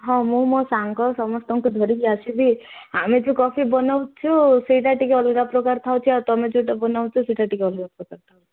ହଁ ମୁଁ ମୋ ସାଙ୍ଗ ସମସ୍ତଙ୍କୁ ଧରିକି ଆସିବି ଆମେ ଯେଉଁ କଫି ବନଉଛୁ ସେଇଟା ଟିକେ ଅଲଗା ପ୍ରକାର ଥାଉଛି ଆଉ ତୁମେ ଯେଉଁଟା ବନଉଛ ସେଇଟା ଟିକେ ଅଲଗା ପ୍ରକାର ଥାଉଛି